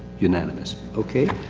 unanimous. okay,